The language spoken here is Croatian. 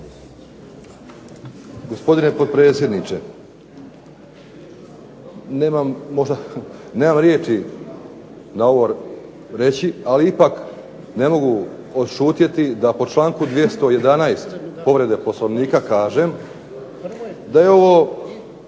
Gospodine potpredsjedniče. Nemam riječi na ovo reći, ali ipak ne mogu odšutjeti da po članku 211. povrede Poslovnika kažem da je ovo